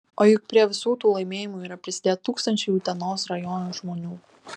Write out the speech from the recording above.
o juk prie visų tų laimėjimų yra prisidėję tūkstančiai utenos rajono žmonių